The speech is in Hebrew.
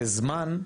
זה זמן,